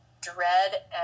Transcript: dread